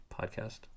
podcast